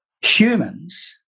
humans